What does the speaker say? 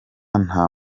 nta